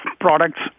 products